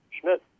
Schmidt